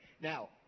Now